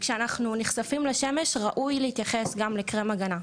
כשאנחנו נחשפים לשמש ראוי להתייחס גם לקרם הגנה,